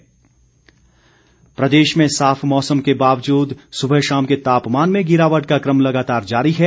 मौसम प्रदेश में साफ मौसम के बावजूद सुबह शाम के तापमान में गिरावट का क्रम लगातार जारी है